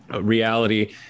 reality